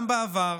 גם בעבר,